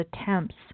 attempts